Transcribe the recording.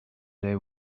day